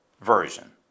version